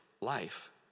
life